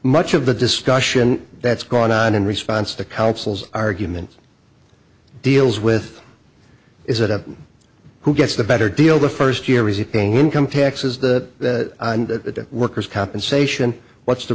much of the discussion that's gone on in response to councils argument deals with is it up who gets the better deal the first year or is it paying income taxes that that worker's compensation what's the